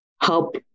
help